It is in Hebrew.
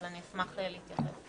אז אני אשמח להתייחס.